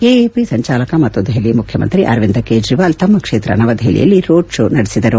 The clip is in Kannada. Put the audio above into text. ಎಎಪಿ ಸಂಚಾಲಕ ಮತ್ತು ದೆಹಲಿ ಮುಖ್ಯಮಂತ್ರಿ ಅರವಿಂದ್ ಕೇಜ್ರಿವಾಲ್ ತಮ್ಮ ಕ್ಷೇತ್ರ ನವದೆಹಲಿಯಲ್ಲಿ ರೋಡ್ ಶೋ ನಡೆಸಿದರು